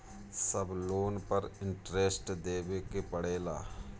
सब लोन पर इन्टरेस्ट देवे के पड़ेला?